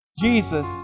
Jesus